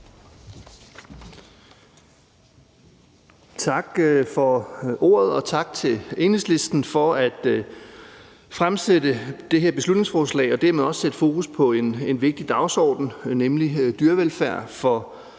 Tak for ordet, og tak til Enhedslisten for at fremsætte det her beslutningsforslag og dermed også sætte fokus på en vigtig dagsorden, nemlig dyrevelfærd for